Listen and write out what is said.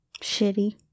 shitty